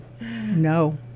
no